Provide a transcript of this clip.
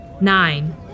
Nine